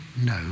no